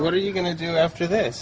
what are you going to do after this